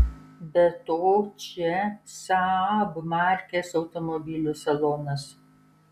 be to čia saab markės automobilių salonas